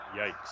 Yikes